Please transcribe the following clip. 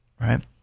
Right